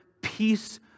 peace